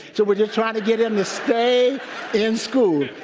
so we're just trying to get him to stay in school.